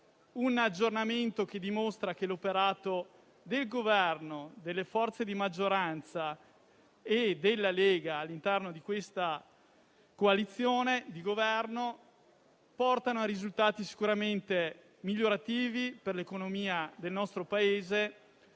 e finanza, che dimostra che l'operato del Governo, delle forze di maggioranza e della Lega all'interno della coalizione di Governo porta a risultati sicuramente migliorativi per l'economia del nostro Paese